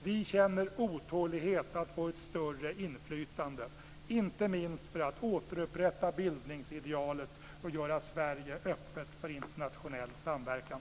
Vi känner otålighet att få större inflytande, inte minst för att återupprätta bildningsidealet och göra Sverige öppet för internationell samverkan.